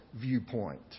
viewpoint